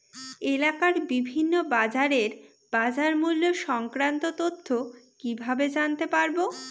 এলাকার বিভিন্ন বাজারের বাজারমূল্য সংক্রান্ত তথ্য কিভাবে জানতে পারব?